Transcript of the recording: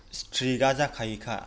स्ट्रिकआ जाखायोखा